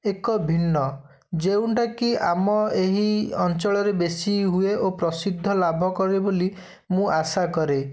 ଏକ ଭିନ୍ନ ଯେଉଁଟା କି ଆମ ଏହି ଅଞ୍ଚଳରେ ବେଶୀ ହୁଏ ଓ ପ୍ରସିଦ୍ଧ ଲାଭ କରେ ବୋଲି ମୁଁ ଆଶା କରେ